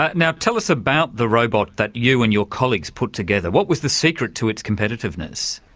ah now tell us about the robot that you and your colleagues put together. what was the secret to its competitiveness?